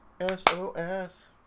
s-o-s